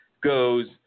goes